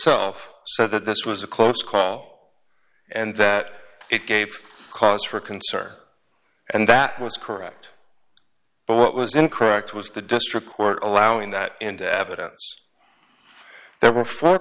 said that this was a close call and that it gave cause for concern and that was correct but what was incorrect was the district court allowing that into evidence there were four